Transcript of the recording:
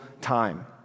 time